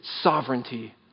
sovereignty